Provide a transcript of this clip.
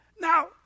Now